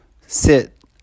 sit